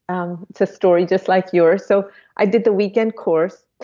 um it's a story just like yours. so i did the weekend course,